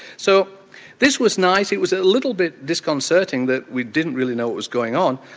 so this was nice, it was a little bit disconcerting that we didn't really know what was going on.